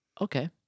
Okay